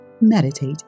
meditate